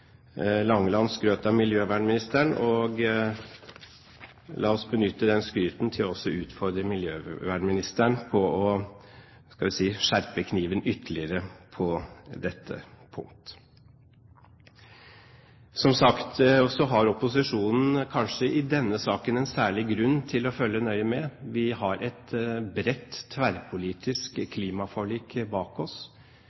skrøt av miljøvernministeren, og la oss benytte det skrytet til å utfordre miljøvernministeren på å – skal vi si – skjerpe kniven ytterligere på dette punkt. Som sagt har opposisjonen i denne saken kanskje en særlig grunn til å følge nøye med. Vi har et bredt, tverrpolitisk